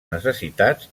necessitats